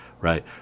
right